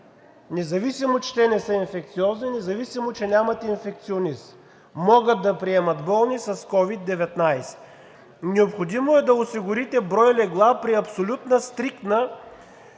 независимо че те не са инфекциозни, независимо че нямат инфекционист, могат да приемат болни с COVID-19. Необходимо е да осигурите брой легла при абсолютна, стриктна